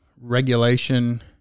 regulation